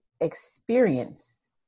experience